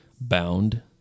bound